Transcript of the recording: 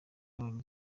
yabonye